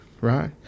right